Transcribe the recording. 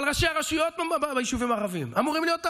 אבל ראשי רשויות ביישובים הערביים אמורים להיות,